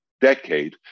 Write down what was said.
decade